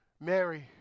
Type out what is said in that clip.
Mary